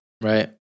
right